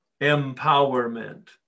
empowerment